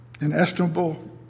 inestimable